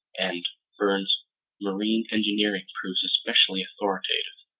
and verne's marine engineering proves especially authoritative.